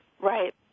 Right